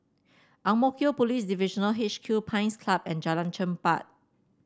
Ang Mo Kio Police Divisional H Q Pines Club and Jalan Chermat